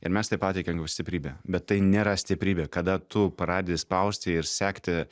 ir mes tai pateikiam kaip stiprybę bet tai nėra stiprybė kada tu pradedi spausti ir sekti